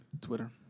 Twitter